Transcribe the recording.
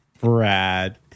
brad